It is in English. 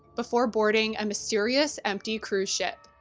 before boarding a mysterious, empty cruise ship.